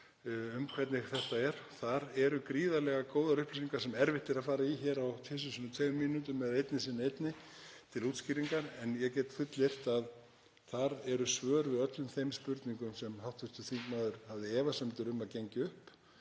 um hvernig þetta er. Þar eru gríðarlega góðar upplýsingar sem erfitt er að fara í hér á tvisvar sinnum tveimur mínútum, eða einni sinnum einni, til útskýringar. En ég get fullyrt að þar eru svör við öllum þeim spurningum hv. þingmanns og efasemdir um að þetta gengi upp.